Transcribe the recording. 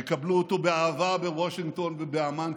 יקבלו אותו באהבה בוושינגטון ובאמ"ן,